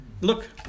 Look